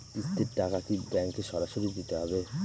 কিস্তির টাকা কি ব্যাঙ্কে সরাসরি দিতে হবে?